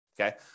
okay